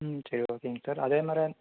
ம் சரி ஓகேங்க சார் அதேமாதிரி